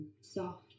soft